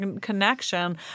connection